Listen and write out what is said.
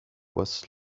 was